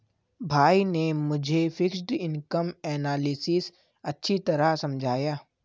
भाई ने मुझे फिक्स्ड इनकम एनालिसिस अच्छी तरह समझाया